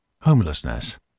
Homelessness